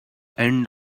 end